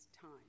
time